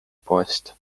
poest